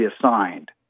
assigned